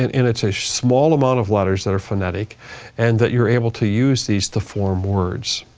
and and it's a small amount of letters that are phonetic and that you're able to use these to form words.